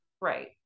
Right